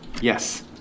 Yes